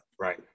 right